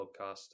podcast